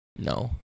No